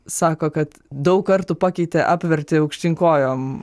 sako kad daug kartų pakeitė apvertė aukštyn kojom